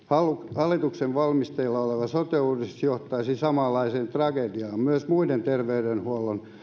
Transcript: hallituksen valmisteilla oleva sote uudistus johtaisi samanlaiseen tragediaan myös muiden terveydenhuollon